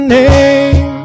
name